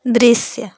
दृश्य